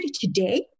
today